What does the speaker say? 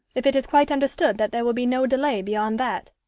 if it is quite understood that there will be no delay beyond that.